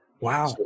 Wow